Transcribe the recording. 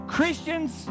Christians